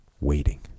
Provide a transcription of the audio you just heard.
Waiting